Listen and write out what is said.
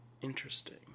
Interesting